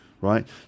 right